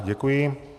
Děkuji.